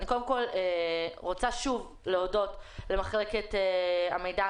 אני רוצה שוב להודות למחלקת המידע,